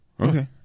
Okay